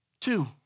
Two